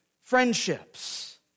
friendships